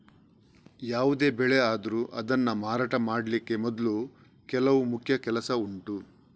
ಯಾವುದೇ ಬೆಳೆ ಆದ್ರೂ ಅದನ್ನ ಮಾರಾಟ ಮಾಡ್ಲಿಕ್ಕೆ ಮೊದ್ಲು ಕೆಲವು ಮುಖ್ಯ ಕೆಲಸ ಉಂಟು